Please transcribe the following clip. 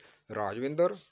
Rajwinder